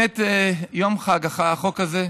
יום חג, החוק הזה.